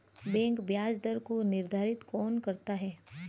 Bank ब्याज दर को निर्धारित कौन करता है?